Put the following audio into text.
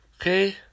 Okay